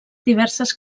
diverses